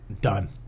done